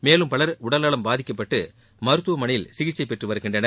மேலும் பலர் உடல் நலம் பாதிக்கப்பட்டு மருத்துவமனையில் சிகிச்சை பெற்று வருகின்றனர்